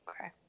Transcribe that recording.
Okay